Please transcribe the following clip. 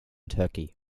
turkey